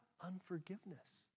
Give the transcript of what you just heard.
Unforgiveness